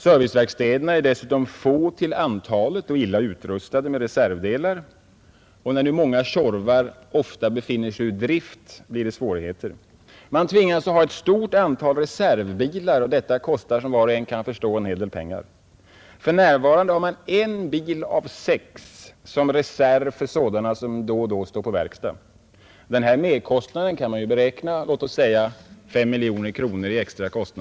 Serviceverkstäderna är dessutom få till antalet och illa utrustade med reservdelar, och när nu många Tjorvar ofta befinner sig ur drift blir det svårigheter. Man tvingas ha ett stort antal reservbilar, och detta kostar, som var och en kan förstå, en hel del pengar. För närvarande har man en bil av sex som reserv för sådana som då och då står på verkstad. Denna merkostnad för postverket kan beräknas uppgå till låt oss säga 5 miljoner kronor.